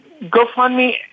GoFundMe